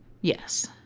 Yes